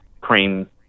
cream